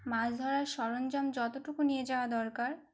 মাছ ধরার সরঞ্জাম যতটুকু নিয়ে যাওয়া দরকার